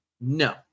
no